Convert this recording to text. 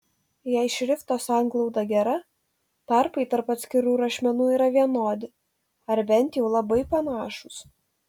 jei šrifto sanglauda gera tarpai tarp atskirų rašmenų yra vienodi ar bent jau labai panašūs